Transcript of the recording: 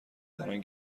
دارن